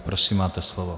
Prosím máte slovo.